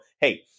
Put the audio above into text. hey